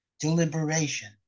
deliberation